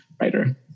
writer